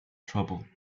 trouble